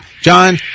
John